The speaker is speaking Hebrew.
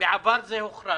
בעבר זה הוחרג